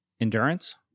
endurance